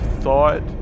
thought